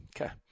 Okay